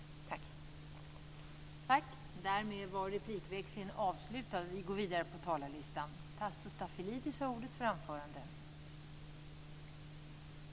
Tack!